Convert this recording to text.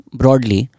broadly